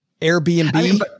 Airbnb